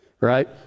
right